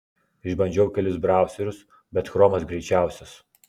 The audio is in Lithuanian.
išbandžiau kelis brauserius bet chromas greičiausias